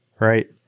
right